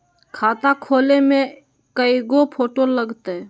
खाता खोले में कइगो फ़ोटो लगतै?